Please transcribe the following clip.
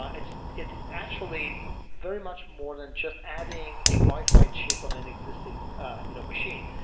ah it's it's actually very much more than just adding a wi-fi chip on an existing you know machine.